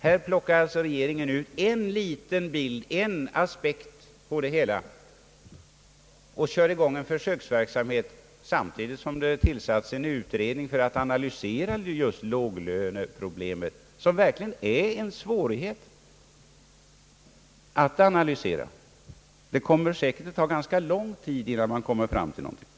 Här plockar regeringen ut en liten bit för att få en aspekt på helheten och kör i gång en försöksverksamhet samtidigt som en utredning tillsatts för att analysera just låglöneproblemet, som verkligen är svårt att analysera. Det kommer säkert att ta ganska lång tid innan man kommer fram till något resultat.